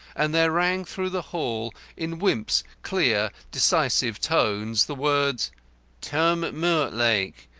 and there rang through the hall in wimp's clear, decisive tones the words tom mortlake,